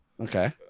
Okay